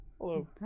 Hello